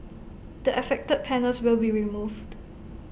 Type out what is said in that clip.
the affected panels will be removed